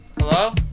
Hello